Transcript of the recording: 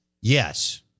Yes